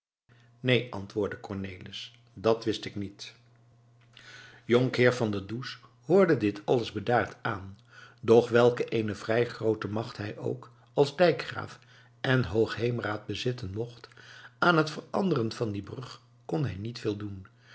neen antwoordde cornelis dat wist ik niet jonkheer van der does hoorde dit alles bedaard aan doch welk eene vrij groote macht hij ook als dijkgraaf en hoogheemraad bezitten mocht aan het veranderen van die brug kon hij niet veel doen